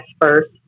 first